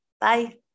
Bye